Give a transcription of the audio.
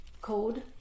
code